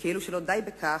וכאילו לא די בכך,